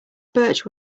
birch